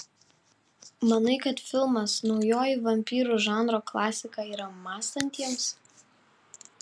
manai kad filmas naujoji vampyrų žanro klasika yra mąstantiems